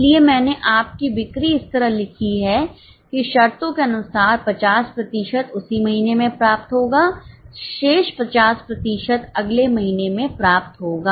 इसलिए मैंने आपकी बिक्री इस तरह लिखी है कि शर्तों के अनुसार 50 प्रतिशत उसी महीने में प्राप्त होगा शेष 50 प्रतिशत अगले महीने में प्राप्त होगा